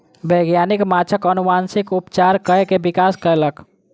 वैज्ञानिक माँछक अनुवांशिक उपचार कय के विकास कयलक